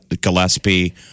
Gillespie